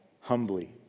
humbly